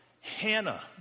Hannah